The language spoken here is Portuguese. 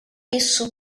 isso